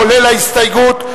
כולל ההסתייגות?